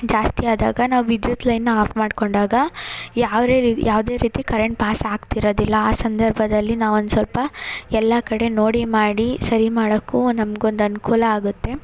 ಜಾಸ್ತಿ ಆದಾಗ ನಾವು ವಿದ್ಯುತ್ ಲೈನ್ನ ಆಫ್ ಮಾಡ್ಕೊಂಡಾಗ ಯಾವ್ರೇ ರೀ ಯಾವುದೇ ರೀತಿ ಕರೆಂಟ್ ಪಾಸ್ ಆಗ್ತಿರದಿಲ್ಲ ಆ ಸಂದರ್ಭದಲ್ಲಿ ನಾವು ಒಂದು ಸ್ವಲ್ಪ ಎಲ್ಲ ಕಡೆ ನೋಡಿ ಮಾಡಿ ಸರಿ ಮಾಡಕ್ಕೂ ನಮ್ಗೊಂದು ಅನುಕೂಲ ಆಗುತ್ತೆ